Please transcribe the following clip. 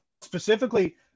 specifically